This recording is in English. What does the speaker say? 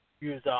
use